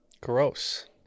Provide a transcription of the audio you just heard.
gross